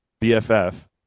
BFF